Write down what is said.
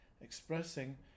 expressing